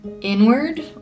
inward